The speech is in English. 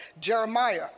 Jeremiah